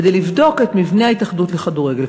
כדי לבדוק את מבנה ההתאחדות לכדורגל,